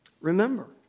Remember